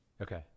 okay